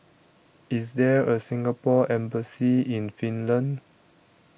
IS There A Singapore Embassy in Finland